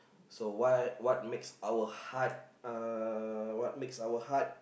so what what makes our heart uh what makes our heart